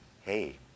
Hey